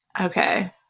Okay